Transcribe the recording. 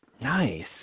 Nice